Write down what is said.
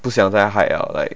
不想再 hide liao like